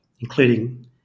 including